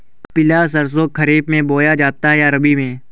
पिला सरसो खरीफ में बोया जाता है या रबी में?